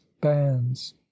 bands